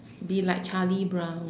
be like Charlie-Brown